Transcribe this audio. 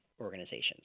organizations